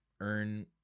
earn